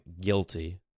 guilty